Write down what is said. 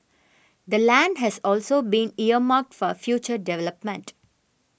the land has also been earmarked for future development